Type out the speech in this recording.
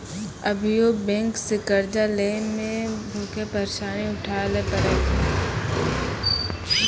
अभियो बेंक से कर्जा लेय मे खुभे परेसानी उठाय ले परै छै